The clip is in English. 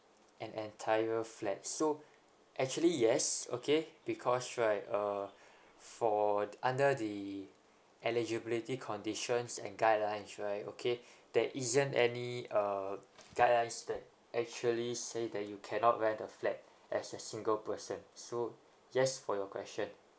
an entire flat so actually yes okay because right uh for under the eligibility conditions and guidelines right okay there isn't any uh guidelines that actually say that you cannot rent a flat as a single person so yes for your question